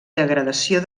degradació